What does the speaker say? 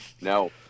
No